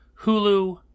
Hulu